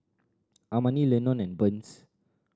Amani Lenon and Burns